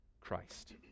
Christ